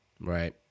Right